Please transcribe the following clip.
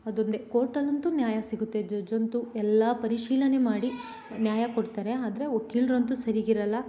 ಅದೊಂದೇ ಕೋರ್ಟಲ್ಲಂತೂ ನ್ಯಾಯ ಸಿಗುತ್ತೆ ಜಡ್ಜ್ ಅಂತೂ ಎಲ್ಲ ಪರಿಶೀಲನೆ ಮಾಡಿ ನ್ಯಾಯ ಕೊಡ್ತಾರೆ ಆದರೆ ವಕೀಲ್ರಂತೂ ಸರಿಗಿರೋಲ್ಲ